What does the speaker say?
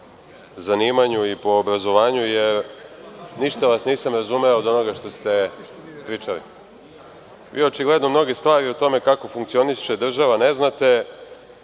zanimanju i po obrazovanju je, ništa vas nisam razumeo od onoga što ste pričali. Vi očigledno, mnoge stvari o tome kako funkcioniše država ne znate